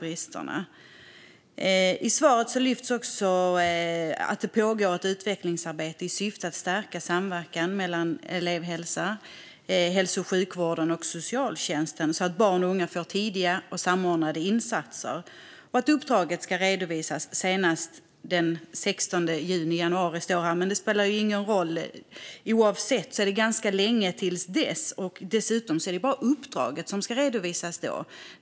I interpellationssvaret lyfts det också fram att det getts ett "uppdrag att genomföra ett utvecklingsarbete i syfte att stärka samverkan mellan elevhälsan, hälso och sjukvården och socialtjänsten så att barn och unga får tidiga och samordnade insatser" samt att "uppdraget ska redovisas senast den 16 juni januari 2023". Oavsett om det är juni eller januari som gäller är det ganska långt till dess. Dessutom är det bara uppdraget som ska redovisas då.